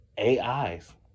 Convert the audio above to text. AIs